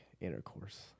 intercourse